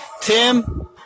Tim